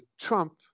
Trump